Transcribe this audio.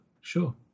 sure